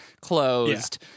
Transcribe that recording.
closed